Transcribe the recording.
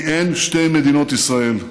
כי אין שתי מדינות ישראל,